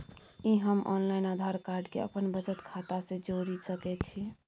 कि हम online Aadhaar card के अपन बचत खाता से जोरि सकै छी?